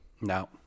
No